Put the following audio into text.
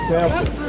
Samson